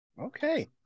Okay